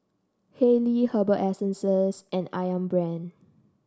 Haylee Herbal Essences and ayam Brand